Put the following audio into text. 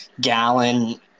Gallon